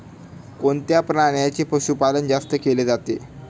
कोणत्या प्राण्याचे पशुपालन जास्त केले जाते?